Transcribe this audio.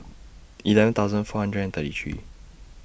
eleven thousand four hundred and thirty three